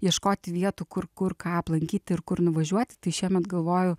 ieškoti vietų kur kur ką aplankyti ir kur nuvažiuoti tai šiemet galvoju